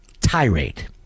tirade